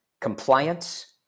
compliance